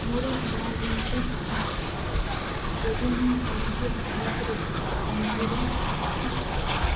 ମୋର ଏମର୍ଜେନ୍ସି କାମ ଅଛି ଯଦି ମୁଁ କୌଣସି ହାଲତରେ ପହଞ୍ଚିବା ନିହାତି ଦରକାର